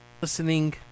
Listening